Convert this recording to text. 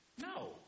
No